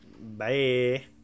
Bye